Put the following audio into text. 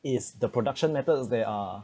is the production methods they are